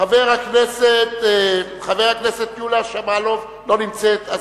חברת הכנסת יוליה שמאלוב, לא נמצאת.